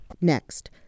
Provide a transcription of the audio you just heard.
Next